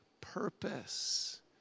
purpose